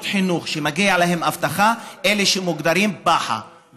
חינוך שמגיעה להם אבטחה הם אלה שמוגדרים פח"ע,